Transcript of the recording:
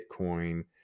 Bitcoin